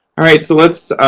alright, so let's.